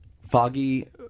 foggy